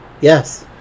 Yes